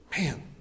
Man